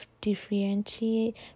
differentiate